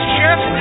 Chef